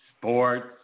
sports